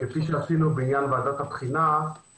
כפי שעשינו בעניין ועדת הבחינה,